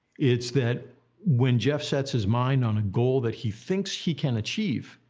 it's that when jeff sets his mind on a goal that he thinks he can achieve,